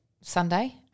Sunday